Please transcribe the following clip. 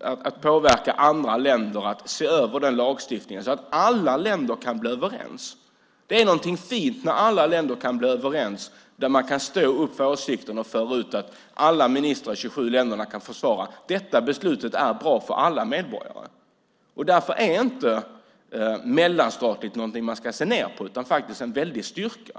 att påverka andra länder att se över lagstiftningen så att alla länder kan bli överens. Det är någonting fint när alla länder kan bli överens, när ministrar i alla de 27 länderna kan försvara beslutet och stå upp för det, och det är bra för alla medborgare. Därför är inte mellanstatlighet någonting som man ska se ned på utan faktiskt en väldig styrka.